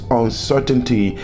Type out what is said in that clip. uncertainty